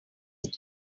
back